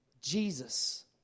Jesus